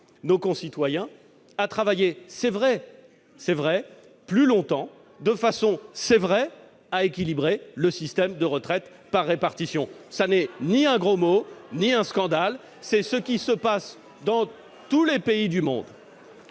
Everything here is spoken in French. nos concitoyens à travailler- c'est vrai -plus longtemps pour- c'est vrai -équilibrer le système de retraite par répartition. Il n'y a là ni gros mots ni scandale : c'est ce qui se passe dans tous les pays du monde